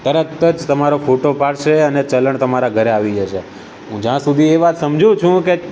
તરત જ તમારો ફોટો પાડશે અને ચલણ તમારા ઘરે આવી જશે હું જ્યાં સુધી એ વાત સમજું છું કે